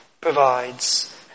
provides